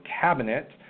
Cabinet